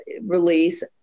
release